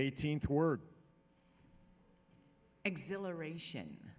eighteenth word exhilaration